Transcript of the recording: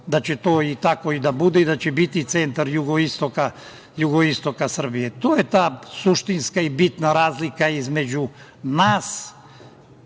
da će to i tako i da bude i da će biti centar jugoistoka Srbije. To je ta suštinska i bitna razlika između nas